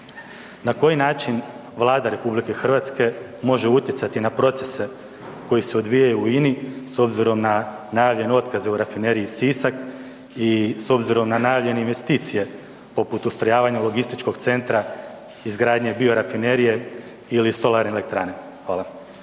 Na koji način Vlada RH može utjecati na procese koji se odvijaju u INA-i s obzirom na najavljene otkaze u Rafineriji Sisak i s obzirom na najavljene investicije poput ustrojavanja logističkog centra izgradnje biorafinerije ili solarne elektrane? Hvala.